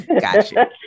Gotcha